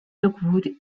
lockwood